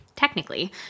Technically